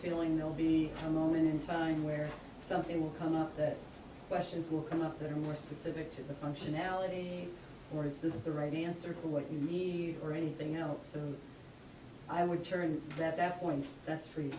feeling they will be a moment in time where something will come up that questions will come up they're more specific to the functionality or is this the right answer for what you need or anything else and i would turn that one that's free